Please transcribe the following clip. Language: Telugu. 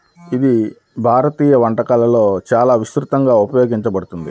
ఇది భారతీయ వంటకాలలో చాలా విస్తృతంగా ఉపయోగించబడుతుంది